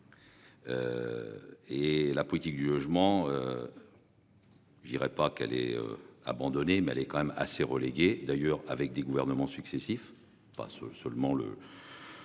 Et la politique du logement. Je dirais pas qu'elle est abandonnée, mais elle est quand même assez relégué d'ailleurs avec des gouvernements successifs pas ce seulement le.